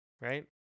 Right